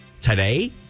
today